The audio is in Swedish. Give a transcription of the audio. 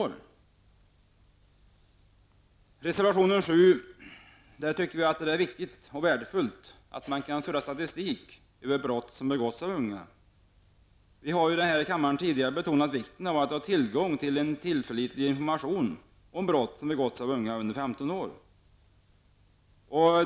I reservation 7 tycker vi att det vore värdefullt att kunna föra statistik över brott som begås av unga. Vi har ju tidigare i denna kammare betonat vikten av att ha tillgång till tillförlitlig information om brott som begåtts av unga under 15 år.